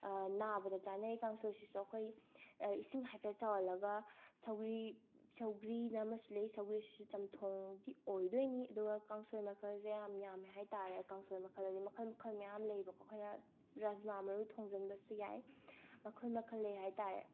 ꯅꯥꯕꯗ ꯆꯥꯅꯩ ꯀꯥꯡꯁꯣꯏꯁꯤꯁꯨ ꯑꯩꯈꯣꯏ ꯏꯁꯤꯡ ꯍꯥꯏꯐꯦꯠ ꯁꯧꯍꯜꯂꯒ ꯁꯧꯒ꯭ꯔꯤ ꯁꯧꯒ꯭ꯔꯤꯅ ꯑꯃꯁꯨ ꯂꯩ ꯁꯧꯒ꯭ꯔꯤꯁꯤꯁꯨ ꯆꯝꯊꯣꯡꯗꯤ ꯑꯣꯏꯗꯣꯏꯅꯤ ꯑꯗꯨꯒ ꯀꯥꯡꯁꯣꯏ ꯃꯈꯜꯁꯦ ꯌꯥꯝ ꯌꯥꯝꯃꯦ ꯍꯥꯏꯇꯥꯔꯦ ꯀꯥꯡꯁꯣꯏ ꯃꯈꯜꯁꯦ ꯃꯈꯜ ꯃꯈꯜ ꯃꯌꯥꯝ ꯂꯩꯕꯀꯣ ꯑꯩꯈꯣꯏꯅ ꯔꯖꯃꯥ ꯃꯔꯨ ꯊꯣꯡꯖꯟꯕꯁꯨ ꯌꯥꯏ ꯃꯈꯜ ꯃꯈꯜ ꯂꯩ ꯍꯥꯏꯇꯥꯔꯦ